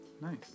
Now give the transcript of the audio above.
Nice